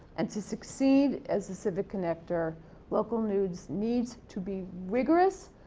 and, to succeed as a civic connector local news needs to be rigorous,